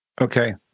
Okay